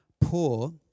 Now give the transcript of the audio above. poor